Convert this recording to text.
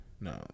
No